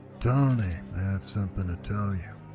tony, i've something to tell you.